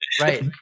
Right